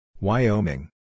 Wyoming